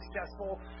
successful